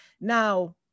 Now